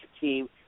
team